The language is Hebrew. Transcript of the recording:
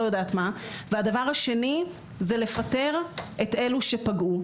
דבר שני זה לפטר את אלה שפגעו.